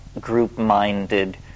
group-minded